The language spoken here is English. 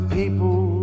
people